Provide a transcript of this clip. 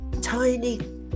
tiny